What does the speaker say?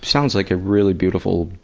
sounds like a really, beautiful,